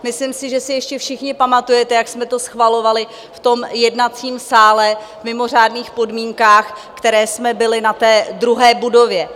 Myslím si, že si ještě všichni pamatujete, jak jsme to schvalovali v jednacím sále v mimořádných podmínkách, ve kterých jsme byli v té druhé budově.